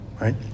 Right